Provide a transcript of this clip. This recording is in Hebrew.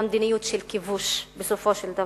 למדיניות של כיבוש בסופו של דבר.